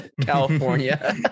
California